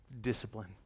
discipline